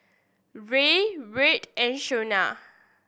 Ray Wright and Shaunna